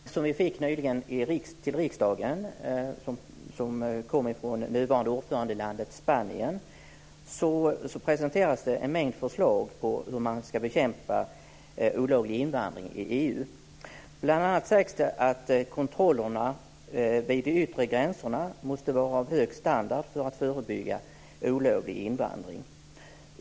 Fru talman! Jag har en fråga till justitieministern. I en PM som vi nyligen fick från riksdagen och som kom från det nuvarande ordförandelandet Spanien presenteras en mängd förslag på hur man ska bekämpa olovlig invandring i EU. Där sägs bl.a. att kontrollerna vid de yttre gränserna måste vara av hög standard för att förebygga olovlig invandring.